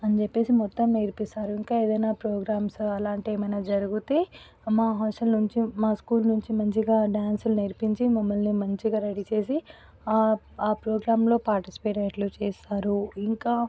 అని చెప్పేసి మొత్తం నేర్పిస్తారు ఇంకా ఏదైనా ప్రోగ్రామ్స్ అలాంటివి ఏమైనా జరిగితే మా హాస్టల్ నుంచి మా స్కూల్ నుంచి మంచిగా డాన్సులు నేర్పించి మమ్మల్ని మంచిగా రెడీ చేసి ఆ ఆ ప్రోగ్రాంలో పాటిస్పేట్ అయ్యేటట్లు చేస్తారు ఇంకా